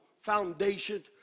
foundation